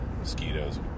mosquitoes